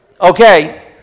Okay